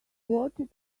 voted